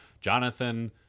Jonathan